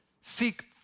Seek